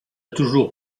toujours